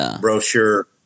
brochure